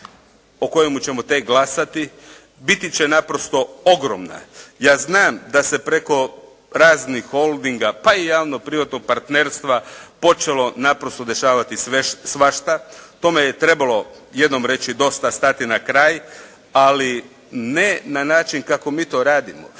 o kojemu ćemo tek glasati, biti će naprosto ogromna. Ja znam da se preko raznih holdinga, pa i javno-privatnog partnerstva počelo naprosto dešavati svašta, tome je trebalo jedno reći dosta, stati na kraj, ali ne na način kako mi to radimo,